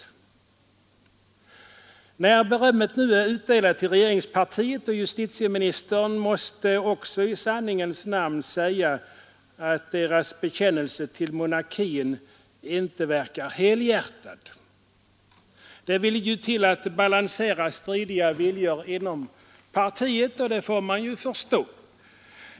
När berömmet nu är utdelat till regeringspartiet och justitieministern, måste också i sanningens namn sägas att deras bekännelse till monarkin inte verkar helhjärtad. Det vill ju till att kunna balansera stridiga viljor inom partiet, och det måste man förstå.